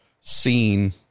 seen